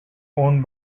owned